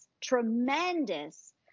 tremendous